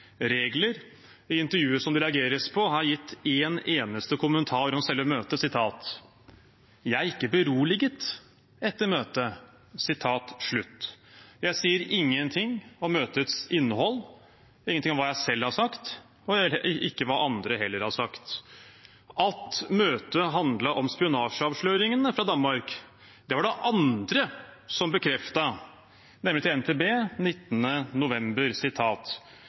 regler. I intervjuet som det reageres på, har jeg gitt én eneste kommentar om selve møtet: Jeg er ikke beroliget etter møtet. Jeg sier ingenting om møtets innhold, ingenting om hva jeg selv har sagt, og heller ikke hva andre har sagt. At møtet handlet om spionasjeavsløringene fra Danmark, var det andre som bekreftet til NTB den 19. november: